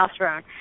testosterone